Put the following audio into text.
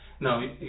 No